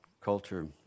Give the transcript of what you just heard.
culture